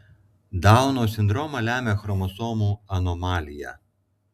dauno sindromą lemia chromosomų anomalija